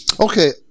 Okay